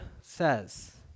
says